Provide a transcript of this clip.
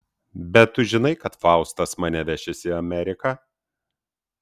bet tu žinai kad faustas mane vešis į ameriką